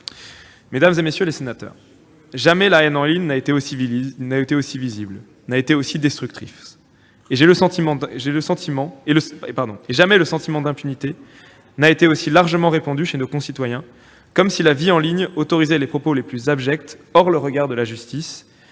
Mesdames, messieurs les sénateurs, jamais la haine en ligne n'a été aussi visible, destructrice, et jamais le sentiment d'impunité n'a été aussi largement répandu chez nos concitoyens, comme si la vie en ligne autorisait les propos les plus abjects hors le regard de la justice